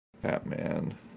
Batman